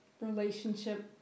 relationship